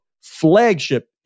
flagship